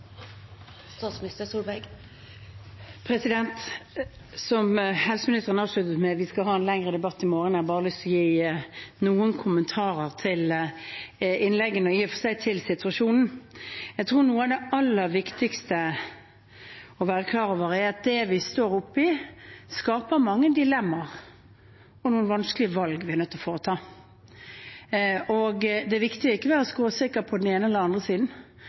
Som helseministeren avsluttet med: Vi skal ha en lengre debatt i morgen. Jeg har bare lyst til å gi noen kommentarer til innleggene og i og for seg til situasjonen. Jeg tror noe av det aller viktigste å være klar over er at det vi står oppe i, skaper mange dilemmaer og noen vanskelige valg vi er nødt til å foreta. Det er viktig ikke å være skråsikker, på den ene eller den andre siden,